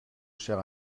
cher